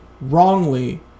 wrongly